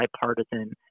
bipartisan